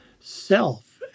self